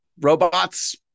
robots